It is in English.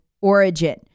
origin